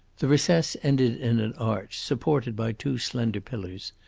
the recess ended in an arch, supported by two slender pillars,